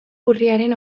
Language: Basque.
urriaren